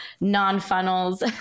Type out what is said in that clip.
non-funnels